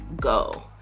go